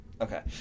Okay